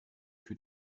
für